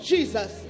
Jesus